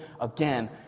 again